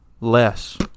less